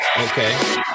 Okay